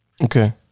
Okay